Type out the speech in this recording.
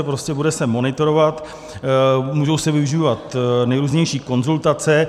Prostě se bude monitorovat, můžou se využívat nejrůznější konzultace.